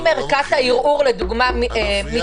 אם ארכת הערעור מתבטלת,